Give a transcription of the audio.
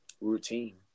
Routine